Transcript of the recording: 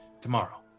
tomorrow